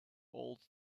old